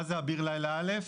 מה זה אביר לילה א'?